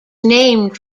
named